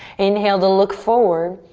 inhale to look forward.